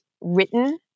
written